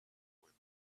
wind